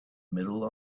middle